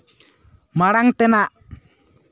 ᱢᱟᱲᱟᱝ ᱛᱮᱱᱟᱜ